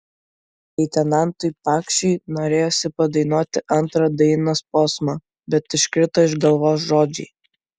leitenantui pakšiui norėjosi padainuoti antrą dainos posmą bet iškrito iš galvos žodžiai